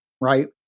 right